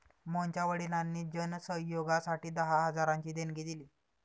मोहनच्या वडिलांनी जन सहयोगासाठी दहा हजारांची देणगी दिली